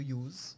use